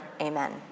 amen